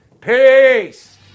Peace